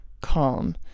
calm